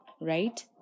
right